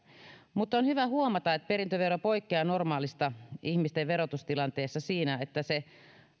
mutta on hyvä huomata että perintövero poikkea normaalista ihmisten verotustilanteesta siinä että se